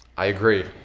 i agree.